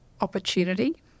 opportunity